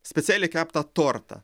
specialiai keptą tortą